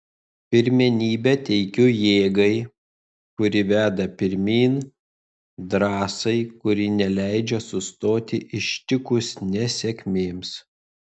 pirmenybę teikiu jėgai kuri veda pirmyn drąsai kuri neleidžia sustoti ištikus nesėkmėms